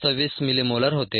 26 millimolar होते